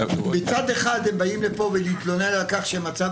מצד אחד הם באים לכאן להתלונן על כך שהמצב